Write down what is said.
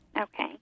Okay